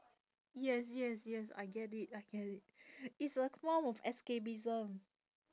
yes yes yes I get it I get it it's a form of escapism